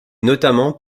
notamment